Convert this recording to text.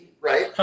right